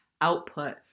output